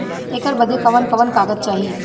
ऐकर बदे कवन कवन कागज चाही?